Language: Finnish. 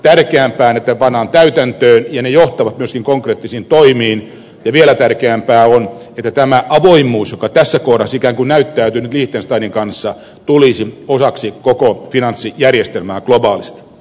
tärkeämpää on että ne pannaan täytäntöön ja ne johtavat myöskin konkreettisiin toimiin ja vielä tärkeämpää on että tämä avoimuus joka tässä kohdassa ikään kuin näyttäytyy nyt liechtensteinin kanssa tulisi osaksi koko finanssijärjestelmää globaalisti